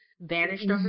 vanished